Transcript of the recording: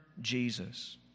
Jesus